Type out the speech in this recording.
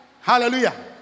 Hallelujah